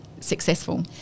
successful